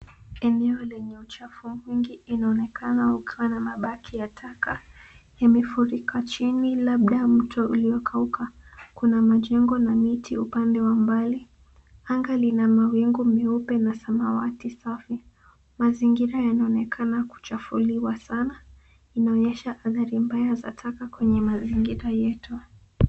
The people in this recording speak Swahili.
Eneo lenye uchafu mwingi; inaonekana kuna mabaki ya taka yamefurika chini labda mto uliokauka. Kuna majengo na miti upande wa mbali. Anga lina mawingu meupe na samawati safi. Mazingira yanaonekana kuchafuliwa sana. Inaonyesha athari mbaya za taka kwenye mazingira yetu.